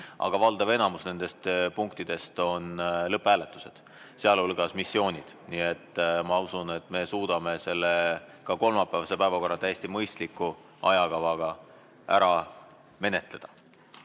aga valdav enamus nendest punktidest on lõpphääletused, sealhulgas missioonid. Nii et ma usun, et me suudame ka kolmapäevase päevakorra täiesti mõistliku ajakavaga ära menetleda. Härra